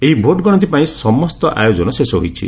ଏହି ଭୋଟ୍ ଗଣତି ପାଇଁ ସମସ୍ତ ଆୟୋଜନ ଶେଷ ହୋଇଛି